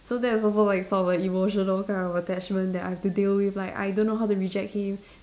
so that's also like some of the emotional kind of attachment that I have to deal with like I don't know how to reject him